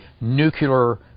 nuclear